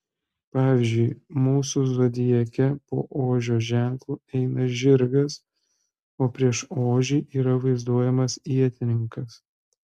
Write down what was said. pavyzdžiui mūsų zodiake po ožio ženklo eina žirgas o prieš ožį yra vaizduojamas ietininkas